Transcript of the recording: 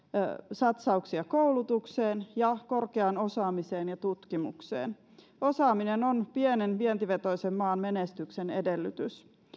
satsauksia koulutukseen ja korkeaan osaamiseen ja tutkimukseen osaaminen on pienen vientivetoisen maan menestyksen edellytys